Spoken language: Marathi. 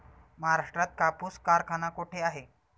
महाराष्ट्रात कापूस कारखाना कुठे आहे?